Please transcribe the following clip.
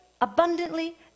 abundantly